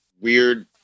weird